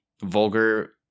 vulgar